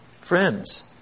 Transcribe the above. Friends